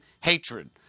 hatred